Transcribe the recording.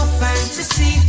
fantasy